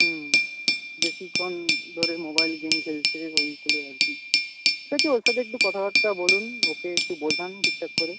হুম বেশিক্ষণ ধরে mobile game খেলছে ওইগুলোই আর কি সে তো ওর সাথে একটু কথাবার্তা বলুন ওকে একটু বোঝান ঠিকঠাক করে